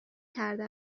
کرده